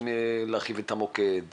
להרחיב את המוקד,